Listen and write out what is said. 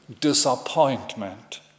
disappointment